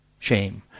shame